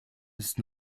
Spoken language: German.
ist